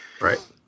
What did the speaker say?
right